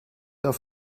auf